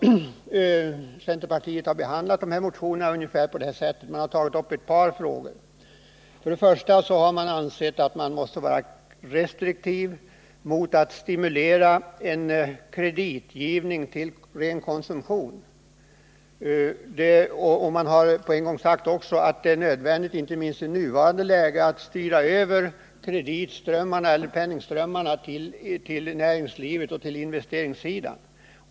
Centerpartiet behandlade motionerna och tog framför allt upp ett par problem. För det första har centern ansett att man måste vara restriktiv med att stimulera kreditgivning för en ren konsumtion. Vi har också sagt att det är nödvändigt att styra kreditoch penningströmmarna till näringslivet för investering.